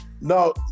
No